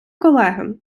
колеги